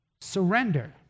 surrender